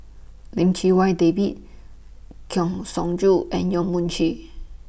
Lim Chee Wai David Kang Siong Joo and Yong Mun Chee